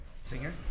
Singer